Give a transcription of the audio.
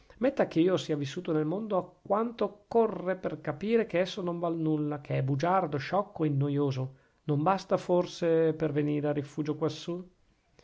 metta che io sia vissuto nel mondo quanto occorre per capire che esso non val nulla che è bugiardo sciocco e noioso non basta forse per venire a rifugio quassù